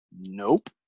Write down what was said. Nope